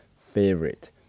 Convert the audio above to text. favorite